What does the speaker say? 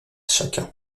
chacun